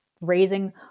raising